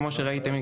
כמו שראיתם,